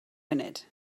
funud